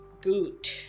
good